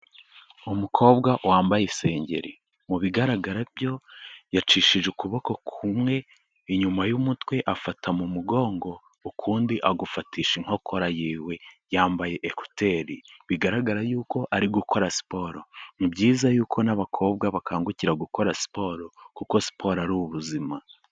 Umukobwa wambaye isengeri, mu bigaragara byo yacishije ukuboko kumwe inyuma y'umutwe, afata mu mugongo, ukundi agufatisha inkokora yiwe, yambaye ekuteri, bigaragara yuko ari gukora siporo, ni byiza yuko n'abakobwa bakangukira gukora siporo kuko siporo ari ubuzima.